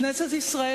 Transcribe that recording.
כנסת ישראל